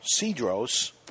Cedros